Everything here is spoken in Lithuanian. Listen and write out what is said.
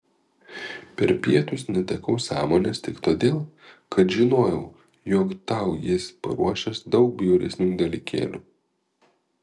per pietus netekau sąmonės tik todėl kad žinojau jog tau jis paruošęs daug bjauresnių dalykėlių